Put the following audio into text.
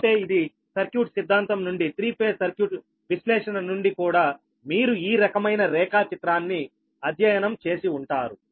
అంటే ఇది సర్క్యూట్ సిద్ధాంతం నుండి త్రీ ఫేజ్ సర్క్యూట్ విశ్లేషణ నుండి కూడా మీరు ఈ రకమైన రేఖాచిత్రాన్ని అధ్యయనం చేసి ఉంటారు